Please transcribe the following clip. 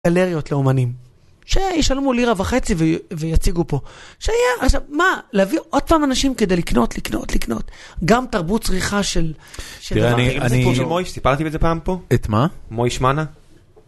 גלריות לאומנים שישלמו לירה וחצי ויציגו פה שיהיה מה להביא עוד פעם אנשים כדי לקנות לקנות לקנות גם תרבות צריכה של אני, תראה מויש סיפרתי בזה פעם פה את מה מויש מנה